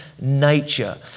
nature